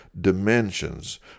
dimensions